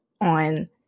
on